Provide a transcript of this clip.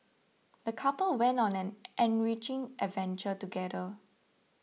the couple went on an enriching adventure together